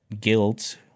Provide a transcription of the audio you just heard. guilt